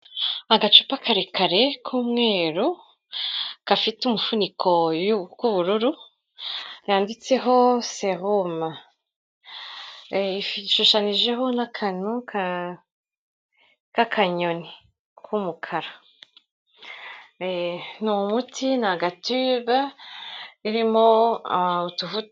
Agacupa karekare k'umweru, gafite umufuniko w'ubururu, kanditseho serum, hashushanyijeho n'akantu k'akanyoni k'umukara. Ni umuti, ni agatibe, irimo utuvuta.